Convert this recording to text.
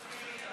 תגיד לנו,